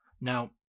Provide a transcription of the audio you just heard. Now